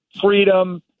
freedom